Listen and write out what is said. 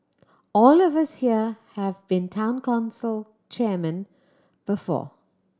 all of us here have been Town Council chairmen before